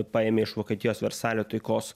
paėmė iš vokietijos versalio taikos